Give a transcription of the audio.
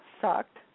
sucked